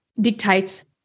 dictates